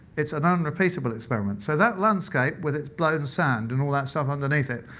it's an un-repeatable experiment. so that landscape with it's blown sand and all that stuff underneath it,